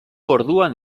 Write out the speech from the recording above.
orduan